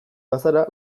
bazara